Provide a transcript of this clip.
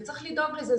וצריך לדאוג לזה.